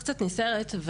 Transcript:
נסערת.